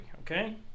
okay